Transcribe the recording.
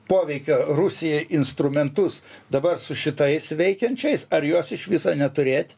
poveikio rusijai instrumentus dabar su šitais veikiančiais ar juos iš viso neturėt